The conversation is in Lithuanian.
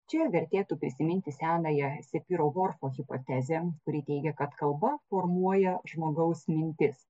čia vertėtų prisiminti senąją sepyro vorfo hipotezė kuri teigia kad kalba formuoja žmogaus mintis